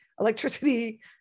electricity